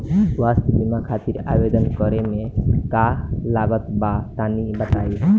स्वास्थ्य बीमा खातिर आवेदन करे मे का का लागत बा तनि बताई?